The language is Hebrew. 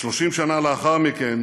30 שנה לאחר מכן